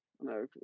no